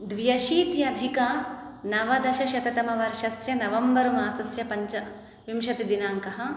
द्व्यशीत्यधिकनवदशशततमवर्षस्य नवम्बर् मासस्य पञ्चविंशतिदिनाङ्कः